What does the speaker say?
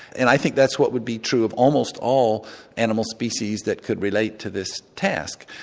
and i think that's what would be true of almost all animal species that could relate to this task.